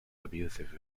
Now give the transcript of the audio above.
abusive